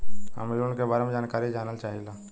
हम इ लोन के बारे मे जानकारी जाने चाहीला?